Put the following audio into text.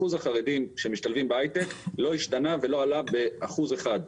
אחוז החרדים שמשתלבים בהיי-טק לא השתנה ולא עלה באחוז אחד.